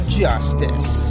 justice